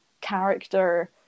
character